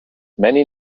many